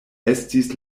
estis